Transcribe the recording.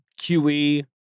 QE